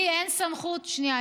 שנייה.